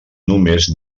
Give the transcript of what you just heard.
només